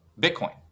Bitcoin